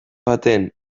baten